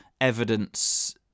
evidence